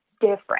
different